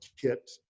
kit